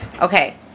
Okay